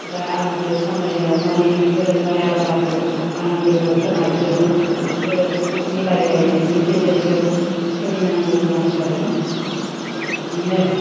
दा आङो बे सामलायनायाव माने गोरोबलायाब्लाबो आं गोरोब होनायजों गोरोब मिलाय लायनायनि गेजेरजों सोलिनांगौ गोनां जादों थिक बिदिनो